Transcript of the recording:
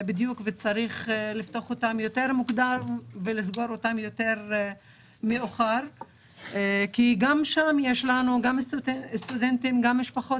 צריך לפתוח יותר מוקדם ולפתוח יותר מאוחר כי גם שם יש סטודנטים וגם משפחות